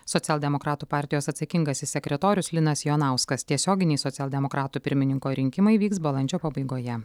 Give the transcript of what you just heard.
socialdemokratų partijos atsakingasis sekretorius linas jonauskas tiesioginiai socialdemokratų pirmininko rinkimai vyks balandžio pabaigoje